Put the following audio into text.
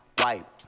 wipe